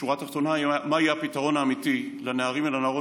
בשורה התחתונה: מה יהיה הפתרון האמיתי לנערים ולנערות